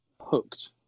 hooked